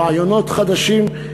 רעיונות חדשים,